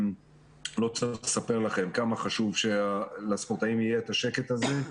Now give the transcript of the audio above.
אני לא צריך לספר לכם כמה חשוב שלספורטאים יהיה את השקט הזה.